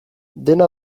dena